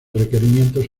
requerimientos